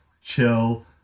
chill